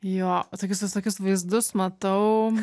jo o tokius visokius vaizdus matau